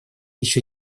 еще